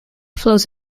flows